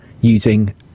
using